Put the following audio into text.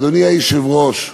אדוני היושב-ראש,